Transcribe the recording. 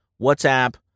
WhatsApp